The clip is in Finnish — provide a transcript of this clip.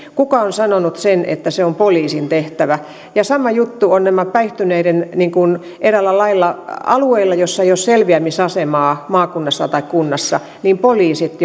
kuka on sanonut sen että se on poliisin tehtävä sama juttu on päihtyneiden osalta eräällä lailla alueilla joilla ei ole selviämisasemaa maakunnassa tai kunnassa missä poliisit